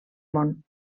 món